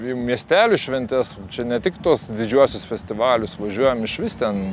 į miestelių šventes čia ne tik tuos didžiuosius festivalius važiuojam išvis ten